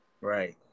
right